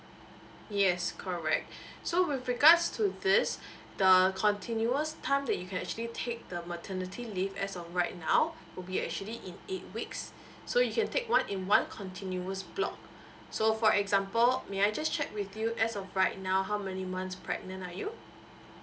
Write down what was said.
yes correct so with regards to this the continuous time that you can actually take the maternity leave as of right now will be actually in eight weeks so you can take one in one continuous block so for example may I just check with you as of right now how many months pregnant are you